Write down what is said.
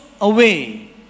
away